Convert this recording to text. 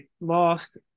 lost